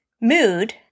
Mood